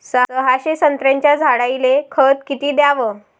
सहाशे संत्र्याच्या झाडायले खत किती घ्याव?